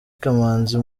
kamanzi